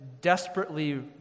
desperately